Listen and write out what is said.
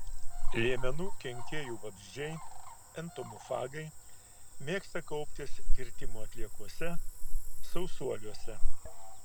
liemenų kenkėjų vabzdžiai entomofagai mėgsta kauptis kirtimo atliekose sausuoliuose